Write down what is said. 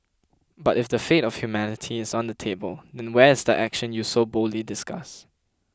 but if the fate of humanity is on the table then where is the action you so boldly discuss